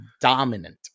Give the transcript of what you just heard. dominant